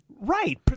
Right